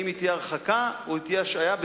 האם היא תהיה הרחקה או תהיה השעיה,